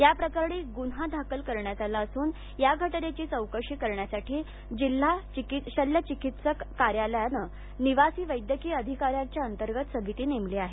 या प्रकरणी गुन्हा दाखल करण्यात आला असून या घटनेची चौकशी करण्यासाठी जिल्हा शल्यचिकित्सक कार्यालयान निवासी वैद्यकीय अधिका यांच्या अंतर्गत समिती नेमली आहे